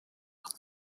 und